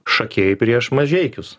šakiai prieš mažeikius